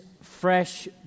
fresh